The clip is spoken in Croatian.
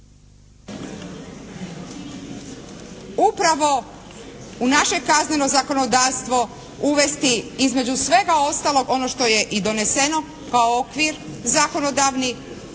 Upravo u naše kazneno zakonodavstvo uvesti između svega ostalog ono što je i donesen o kao okvir zakonodavni,